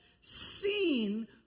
seen